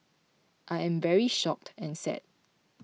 I am very shocked and sad